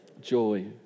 Joy